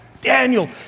Daniel